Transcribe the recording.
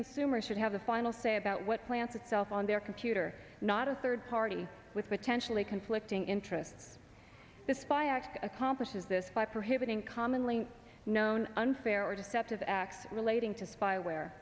consumers should have the final say about what plants itself on their computer not a third party with potentially conflicting interests the spy act accomplishes this by prohibiting commonly known unfair or deceptive acts relating to spyware